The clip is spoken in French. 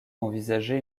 envisagé